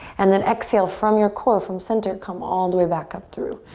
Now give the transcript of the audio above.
and then exhale from your core from center, come all the way back up through.